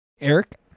Eric